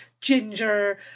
ginger